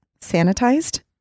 sanitized